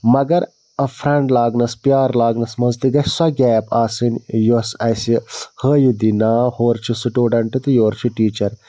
مگر فرینٛڈ لاگنَس پیار لاگنَس منٛز تہِ گژھِ سۄ گیپ آسٕنۍ یۄس اَسہِ حٲوِتھ دِیہِ ناو ہورٕ چھِ سِٹوڈَنٹہٕ تہٕ یورٕ چھُ ٹیٖچر